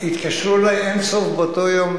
התקשרו אלי אין-סוף באותו יום,